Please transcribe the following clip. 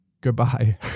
goodbye